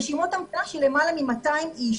רשימות המתנה של למעלה מ-200 איש.